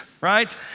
right